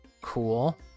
cool